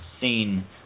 seen